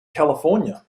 california